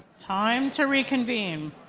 time to reconvene.